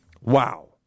Wow